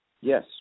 yes